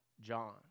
John